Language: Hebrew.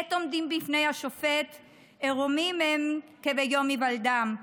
עת עומדים בפני השופט ערומים הם כביום היוולדם.